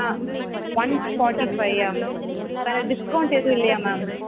ஆ one forty five ma'am வேற discount எதுவும் இல்லையா மேம்